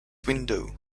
window